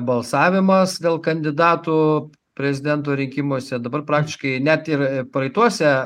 balsavimas dėl kandidatų prezidento rinkimuose dabar praktiškai net ir praeituose